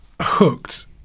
hooked